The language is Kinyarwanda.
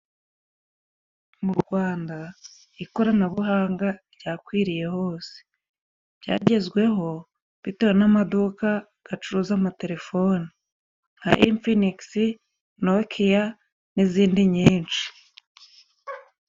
Mu Rwanda ikoranabuhanga ryakwiriye hos. Byagezweho bitewe n'amaduka acuruza amatelefoni nka infinigisi, nokiya n'izindi nyinshi.